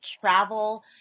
travel